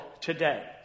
today